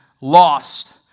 lost